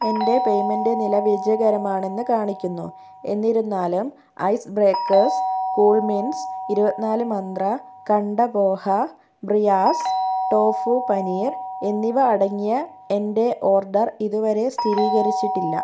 എന്റെ പേയ്മെൻറ് നില വിജയകരമാണെന്ന് കാണിക്കുന്നു എന്നിരുന്നാലും ഐസ് ബ്രേക്കേർസ് കൂൾ മിൻറ്സ് ഇരുപത്തിനാല് മന്ത്ര കണ്ട പോഹ ബ്രിയാസ് ടോഫുപ്പനീർ എന്നിവ അടങ്ങിയ എന്റെ ഓർഡർ ഇതുവരെ സ്ഥിരീകരിച്ചിട്ടില്ല